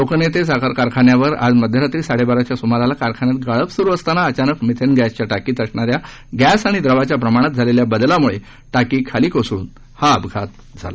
लोकनेते साखर कारखान्यावर आज मध्यरात्री साडेबाराच्या सुमाराला कारखान्यात गाळप सुरू असताना अचानक मिथेन गस्किया टाकीत असणाऱ्या गस्तीआणि द्रवाच्या प्रमाणात झालेल्या बदलामुळे टाकी खाली कोसळून हा आपघात झाला